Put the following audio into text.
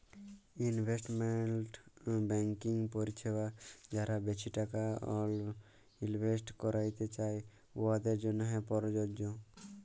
investment banking পরিছেবা যারা বেশি টাকা ইলভেস্ট ক্যইরতে চায়, উয়াদের জ্যনহে পরযজ্য